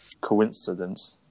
coincidence